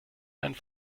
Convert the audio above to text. einen